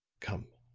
come.